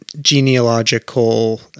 genealogical